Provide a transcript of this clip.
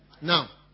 Now